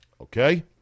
Okay